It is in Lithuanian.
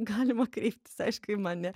galima kreiptis aišku į mane